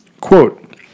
Quote